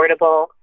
affordable